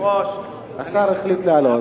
השר החליט לעלות.